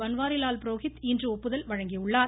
பன்வாரிலால் புரோஹித் இன்று ஒப்புதல் வழங்கியுள்ளார்